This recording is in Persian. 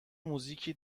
موزیکی